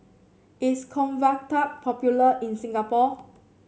is Convatec popular in Singapore